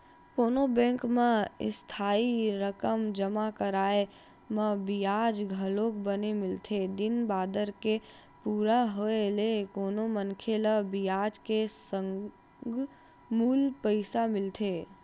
कोनो बेंक म इस्थाई रकम जमा कराय म बियाज घलोक बने मिलथे दिन बादर के पूरा होय ले कोनो मनखे ल बियाज के संग मूल पइसा मिलथे